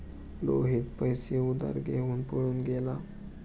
रोहित पैसे उधार घेऊन पळून गेला